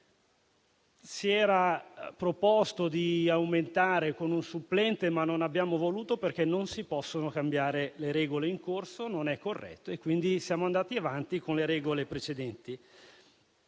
margine. Si era proposto di aumentare il numero con un supplente, ma non abbiamo voluto, perché non si possono cambiare le regole in corso e non è corretto, quindi siamo andati avanti con le regole precedenti.